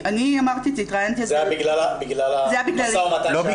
זה היה בגלל המשא ומתן שאת ניהלת?